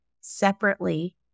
separately